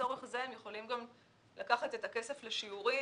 לצורך זה הם יכולים לקחת את הכסף לשיעורין